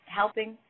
helping